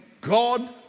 God